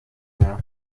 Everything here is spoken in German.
mehr